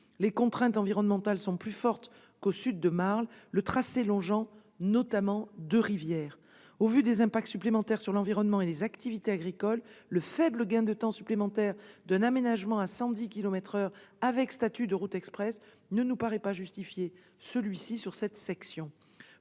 Les contraintes environnementales sont plus fortes qu'au sud de Marle, le tracé longeant notamment deux rivières. Au vu des impacts supplémentaires sur l'environnement et les activités agricoles, le faible gain de temps supplémentaire d'un aménagement à 110 kilomètres par heure avec statut de route express ne paraît pas justifier ce dernier sur une telle section.